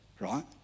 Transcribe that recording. right